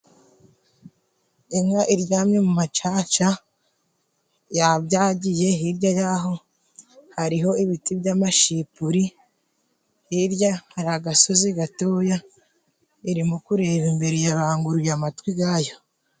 Inka iryamye mu macaca yabyagiye hirya y'aho hariho ibiti by'amashipuri, hirya hari agasozi gatoya irimo kureba imbere yabanguruye amatwi gayo.